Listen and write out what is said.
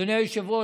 אדוני היושב-ראש,